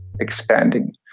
expanding